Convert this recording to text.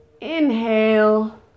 Inhale